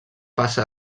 passa